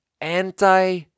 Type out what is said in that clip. anti